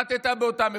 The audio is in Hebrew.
שירת באותם מקומות,